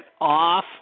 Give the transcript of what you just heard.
off